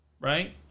Right